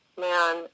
man